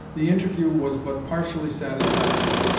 the interview was but partially satisfactory,